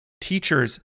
teachers